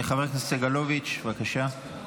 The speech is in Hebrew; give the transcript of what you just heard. חבר הכנסת סגלוביץ', בבקשה.